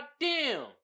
goddamn